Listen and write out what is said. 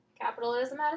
Capitalism